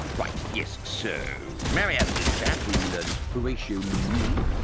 right, yes, so marianne and this chap, who we learn is horatio lemuel,